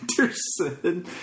Anderson